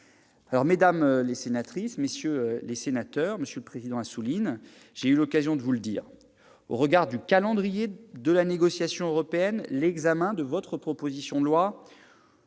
sur ce sujet. Mesdames, messieurs les sénateurs, monsieur Assouline, j'ai eu l'occasion de vous le dire : au regard du calendrier de la négociation européenne, l'examen de votre proposition de loi